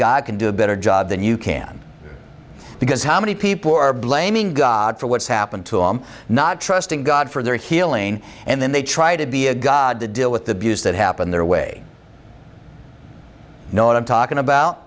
god can do a better job than you can because how many people are blaming god for what's happened to him not trusting god for their healing and then they try to be a god to deal with the buz that happened their way know what i'm talking about